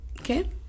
Okay